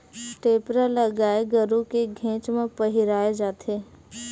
टेपरा ल गाय गरु के घेंच म पहिराय जाथे